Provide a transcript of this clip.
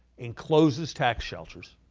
and closes tax shelters